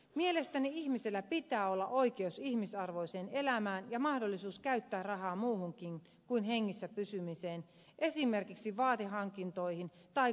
mielestäni ihmisellä pitää olla oikeus ihmisarvoiseen elämään ja mahdollisuus käyttää rahaa muuhunkin kuin hengissä pysymiseen esimerkiksi vaatehankintoihin tai kahvilla käyntiin